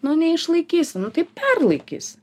nu neišlaikysi nu tai perlaikysi